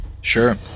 Sure